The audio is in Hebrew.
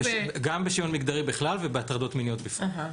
גם בשוויון מגדרי בכלל, ובהטרדות מיניות בפרט.